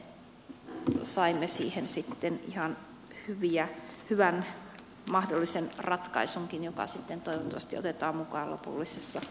mielestämme saimme siihen sitten ihan hyvän mahdollisen ratkaisunkin joka sitten toivottavasti otetaan mukaan lopullisessa laissa